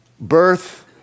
birth